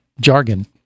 jargon